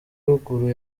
ruguru